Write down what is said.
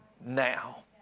now